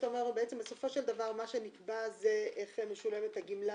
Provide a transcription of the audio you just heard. אתה אומר לו שבסופו של דבר מה שנקבע זה איך משולמת הגמלה,